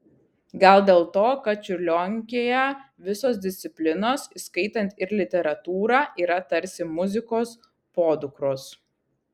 gal dėl to kad čiurlionkėje visos disciplinos įskaitant ir literatūrą yra tarsi muzikos podukros